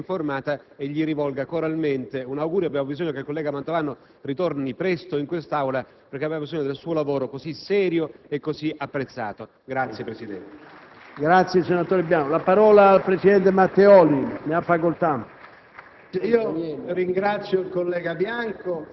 opportuno che anche l'Assemblea sia informata e gli rivolga coralmente un augurio. Abbiamo bisogno che il collega Mantovano torni presto in quest'Aula perché abbiamo bisogno del suo lavoro così serio e così apprezzato.